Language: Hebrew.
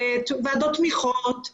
ועדות תמיכות,